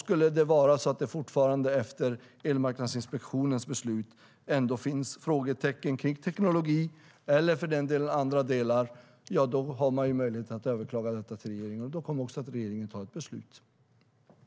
Skulle det vara så att det efter Elmarknadsinspektionens beslut ändå finns frågetecken om teknologi eller för den delen andra delar har man möjlighet att överklaga detta till regeringen. Då kommer regeringen också att ta ett beslut.